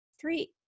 three